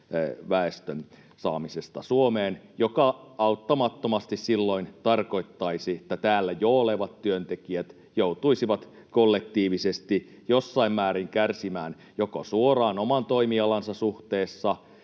väestön saamisesta Suomeen, mikä auttamattomasti silloin tarkoittaisi, että täällä jo olevat työntekijät joutuisivat kollektiivisesti jossain määrin kärsimään joko suoraan oman toimialansa suhteessa